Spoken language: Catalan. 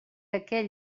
aquell